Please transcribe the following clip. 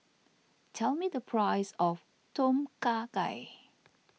tell me the price of Tom Kha Gai